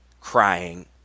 crying